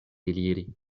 eliri